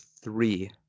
three